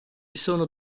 sono